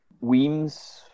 Weems